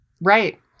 Right